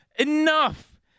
Enough